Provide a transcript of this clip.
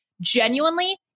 Genuinely